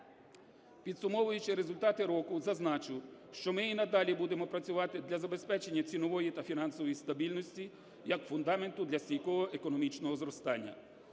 Підсумовуючи результати року, зазначу, що ми і надалі будемо працювати для забезпечення цінової та фінансової стабільності як фундаменту для стійкового економічного зростання.